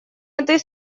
этой